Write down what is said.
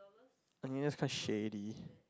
I mean that's quite shady